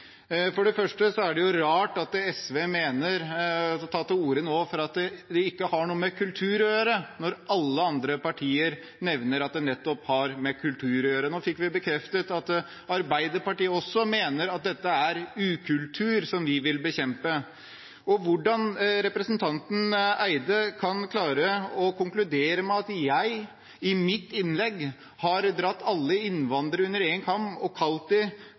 For det første er det rart at SV nå tar til orde for at det ikke har noe med kultur å gjøre, når alle andre partier nevner at det nettopp har med kultur å gjøre. Nå fikk vi bekreftet at Arbeiderpartiet også mener at dette er en ukultur som vi vil bekjempe. Hvordan representanten Eide kan klare å konkludere med at jeg, i mitt innlegg, har skåret alle innvandrere over én kam og